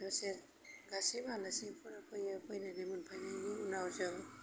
दसे गासिबो आलासिफोरा फैयो फैनानै मोनफैनायनि उनाव जों